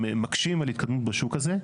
מקשים על התקדמות בשוק הזה.